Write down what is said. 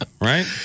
right